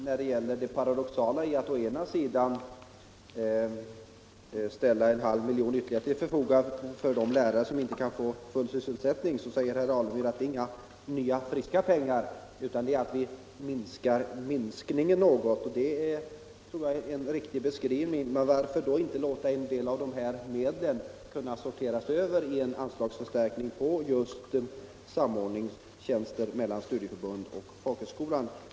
När det gäller det parodoxala i att ställa en halv miljon kronor ytterligare Nr 41 till förfogande till de lärare som inte kan få full sysselsättning, säger Onsdagen den herr Alemyr att det inte är några nya, friska pengar utan det innebär 19 mars 1975 att vi minskar minskningen något. Det tror jag är en riktig beskrivning. Lo Men varför då inte låta en del av dessa medel slussas över för en an = Anslag till vuxenutslagsförstärkning till samordningstjänster för studieförbunden och folk = bildning högskolorna?